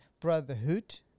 Brotherhood